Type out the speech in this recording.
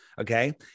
Okay